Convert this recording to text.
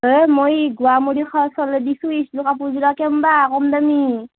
অ' মই গুৱামুৰী খোৱা চলেদি চুইছিলোঁ কাপোৰযোৰা কেমবা কম দামী